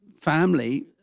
family